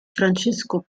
francesco